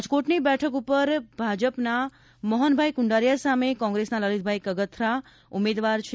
રાજકોટની બેઠક પર ભાજપના મોહનભાઇ કુંડારિયા સામે કોંગ્રેસના લલીતભાઇ કગથરા ઉમેદવાર છે